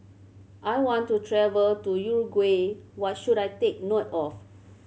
I want to travel to Uruguay what should I take note of